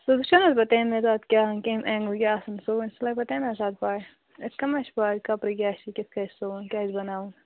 سُہ وٕچھِنہٕ حظ بہٕ تمی دۄہ کیٛاہ کمہِ اٮ۪نٛگلہٕ کیٛاہ آسن سُوٕنۍ سُہ لگہِ پتہٕ تمے ساتہٕ پاے یِتھ کٔنۍ ما چھِ پاے کپٲرۍ کیٛاہ چھِ کِتھ کٔتھ چھُ سُوُن کیٛاہ چھُ بناوُن